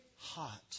hot